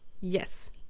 Yes